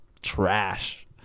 trash